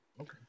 Okay